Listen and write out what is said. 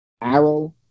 Arrow